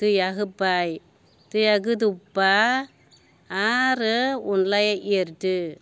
दैआ होबाय दैआ गोदौबा आरो अनलाया एरदो